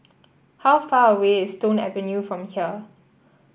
how far away is Stone Avenue from here